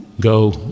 go